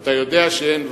אתה יודע שאין ואקום,